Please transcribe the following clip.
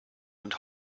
and